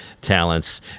talents